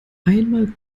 einmal